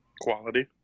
Quality